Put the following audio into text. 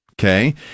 Okay